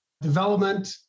development